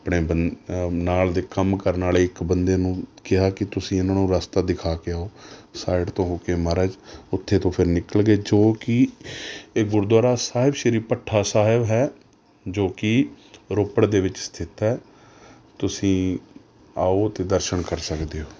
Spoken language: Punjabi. ਨਾਲ ਦੇ ਕੰਮ ਕਰਨ ਵਾਲੇ ਇੱਕ ਬੰਦੇ ਨੂੰ ਕਿਹਾ ਕਿ ਤੁਸੀਂ ਇਹਨਾਂ ਨੂੰ ਰਸਤਾ ਦਿਖਾ ਕੇ ਆਓ ਸਾਈਡ ਤੋਂ ਹੋ ਕੇ ਮਹਾਰਾਜ ਉੱਥੇ ਤੋਂ ਫਿਰ ਨਿਕਲ ਗਏ ਜੋ ਕਿ ਇਹ ਗੁਰਦੁਆਰਾ ਸਾਹਿਬ ਸ਼੍ਰੀ ਭੱਠਾ ਸਾਹਿਬ ਹੈ ਜੋ ਕਿ ਰੋਪੜ ਦੇ ਵਿੱਚ ਸਥਿਤ ਹੈ ਤੁਸੀਂ ਆਓ ਅਤੇ ਦਰਸ਼ਨ ਕਰ ਸਕਦੇ ਹੋ